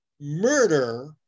murder